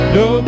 no